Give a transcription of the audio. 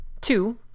Two